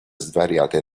svariate